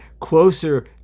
closer